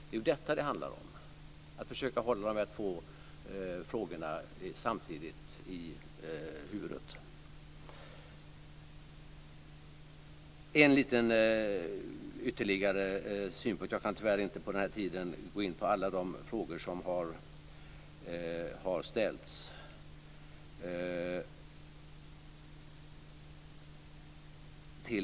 Det är ju detta som det handlar om, att försöka att hålla dessa två frågor samtidigt i huvudet. Jag har en liten ytterligare synpunkt. Jag kan tyvärr inte på den här korta tiden gå in på alla de frågor som har ställts.